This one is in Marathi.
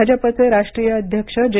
भाजपचे राष्ट्रीय अध्यक्ष जे